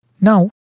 Now